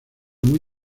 muy